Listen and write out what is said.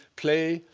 play.